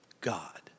God